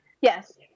Yes